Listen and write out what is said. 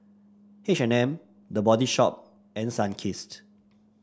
H and M The Body Shop and Sunkist